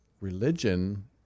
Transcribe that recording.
Religion